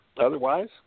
Otherwise